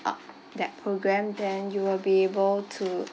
uh that programme then you will be able to